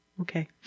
Okay